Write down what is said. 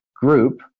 group